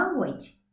language